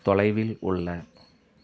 தொலைவில் உள்ள